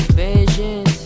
visions